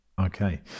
Okay